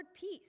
peace